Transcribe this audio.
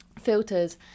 filters